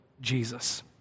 Jesus